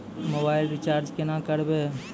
Mobile recharge केना करबै?